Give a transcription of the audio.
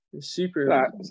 Super